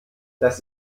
das